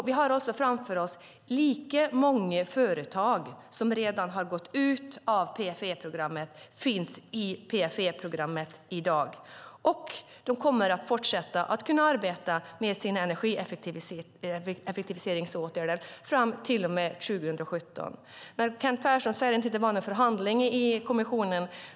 Vi har framför oss en situation där lika många företag som redan har gått ur PFE-programmet finns där i dag. De kommer att kunna fortsätta arbeta med sina energieffektiviseringsåtgärder fram till och med 2017. Kent Persson säger att det inte var någon förhandling i kommissionen.